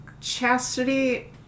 Chastity